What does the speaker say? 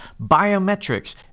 biometrics